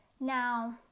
Now